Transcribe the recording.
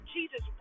Jesus